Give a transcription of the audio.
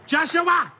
Joshua